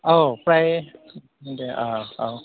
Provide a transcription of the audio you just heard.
औ फ्राय दे अ औ